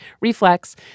reflex